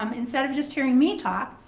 um instead of just hearing me talk,